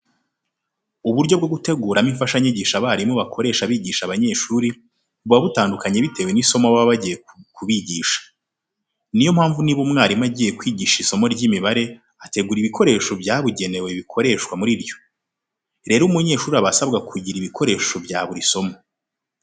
Uburyo bwo guteguramo imfashanyigisho abarimu bakoresha bigisha abanyeshuri, buba butandukanye bitewe n'isomo baba bagiye kubigisha. Ni yo mpamvu niba umwarimu agiye kwigisha isomo ry'imibare ategura ibikoresho byabugenewe bikoreshwa muri ryo. Rero umunyeshuri aba asabwa kugira ibikoresho bya buri somo.